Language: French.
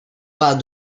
bas